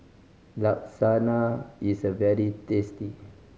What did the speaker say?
lasagna is a very tasty